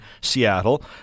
Seattle